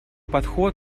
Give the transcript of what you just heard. подход